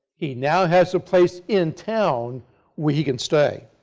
he now has a place in town where he can stay.